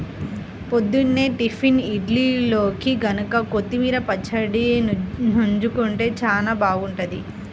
పొద్దున్నే టిఫిన్ ఇడ్లీల్లోకి గనక కొత్తిమీర పచ్చడి నన్జుకుంటే చానా బాగుంటది